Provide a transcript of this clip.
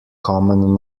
common